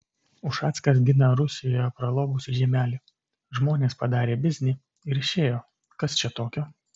ušackas gina rusijoje pralobusį žiemelį žmonės padarė biznį ir išėjo kas čia tokio